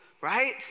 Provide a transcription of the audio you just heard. right